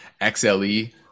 XLE